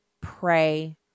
pray